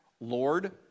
lord